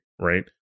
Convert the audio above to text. Right